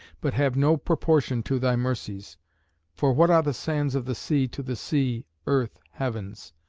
but have no proportion to thy mercies for what are the sands of the sea to the sea, earth, heavens?